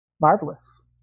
marvelous